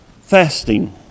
fasting